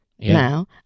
Now